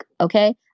Okay